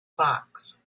box